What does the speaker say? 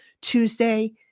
Tuesday